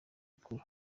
bukuru